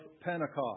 Pentecost